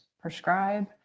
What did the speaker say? prescribe